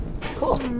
Cool